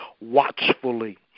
watchfully